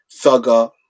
Thugger